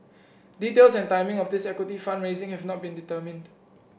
details and timing of this equity fund raising have not been determined